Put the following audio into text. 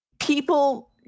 people